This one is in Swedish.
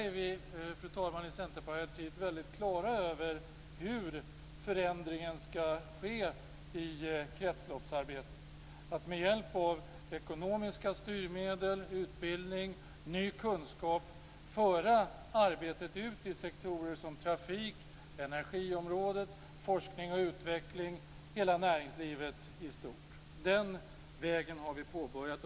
Dessutom, fru talman, är vi i Centerpartiet helt på det klara med hur förändringen skall ske i kretsloppsarbetet. Vi skall med hjälp av ekonomiska styrmedel, utbildning och ny kunskap föra arbetet ut i sektorer som trafik, energi, forskning och utveckling, hela näringslivet i stort. Den vägen har vi påbörjat.